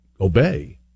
obey